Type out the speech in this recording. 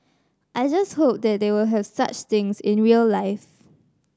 I just hope that they will have such things in real life